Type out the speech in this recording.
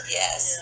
yes